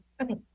Okay